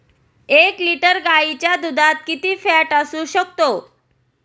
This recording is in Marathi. एक लिटर गाईच्या दुधात किती फॅट असू शकते?